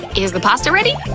is the pasta ready?